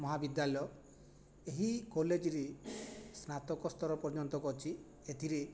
ମହାବିଦ୍ୟାଲୟ ଏହି କଲେଜରେ ସ୍ନାତକସ୍ତର ପର୍ଯ୍ୟନ୍ତ ଅଛି ଏଥିରେ